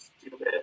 stupid